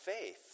faith